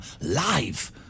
live